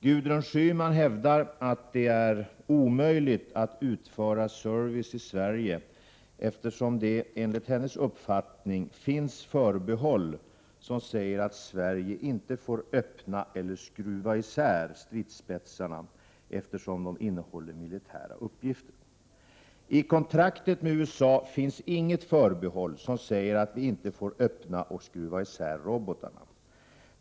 Gudrun Schyman hävdar att det är omöjligt att utföra service i Sverige eftersom det, enligt hennes uppfattning, finns förbehåll som säger att Sverige inte får öppna eller skruva isär stridsspetsarna eftersom de innehåller militära uppgifter. I kontraktet med USA finns inget förbehåll som säger att vi inte får öppna och skruva isär robotarna.